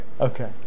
Okay